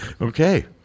Okay